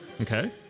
Okay